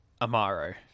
Amaro